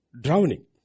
drowning